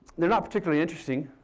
they're not particularly interesting,